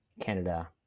Canada